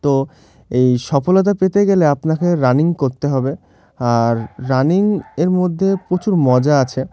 তো এই সফলতা পেতে গেলে আপনাকে রানিং করতে হবে আর রানিংয়ের মধ্যে প্রচুর মজা আছে